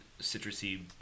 citrusy